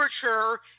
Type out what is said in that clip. Temperature